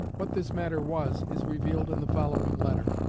what this matter was is revealed in the following letter